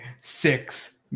six